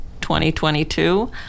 2022